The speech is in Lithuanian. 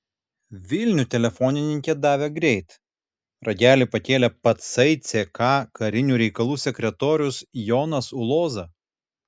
vilnių telefonininkė davė greit ragelį pakėlė patsai ck karinių reikalų sekretorius jonas uloza